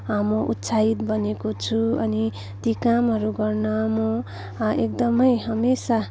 म उत्साहित बनेको छु अनि ती कामहरू गर्न म एकदमै हमेसा